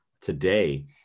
today